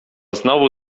znowu